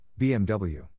BMW